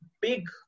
big